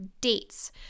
dates